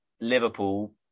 Liverpool